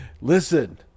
listen